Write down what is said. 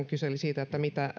kyseli siitä mitä